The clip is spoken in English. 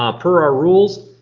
ah per our rules,